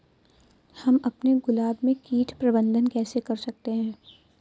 हम अपने गुलाब में कीट प्रबंधन कैसे कर सकते है?